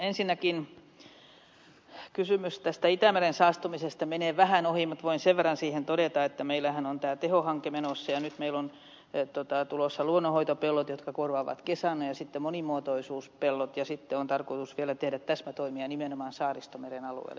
ensinnäkin kysymys tästä itämeren saastumisesta menee vähän ohi mutta voin sen verran siihen todeta että meillähän on tämä teho hanke menossa ja nyt meillä on tulossa luonnonhoitopellot jotka korvaavat kesannon ja sitten monimuotoisuuspellot ja sitten on tarkoitus vielä tehdä täsmätoimia nimenomaan saaristomeren alueelle